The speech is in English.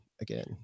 again